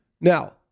Now